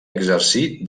exercí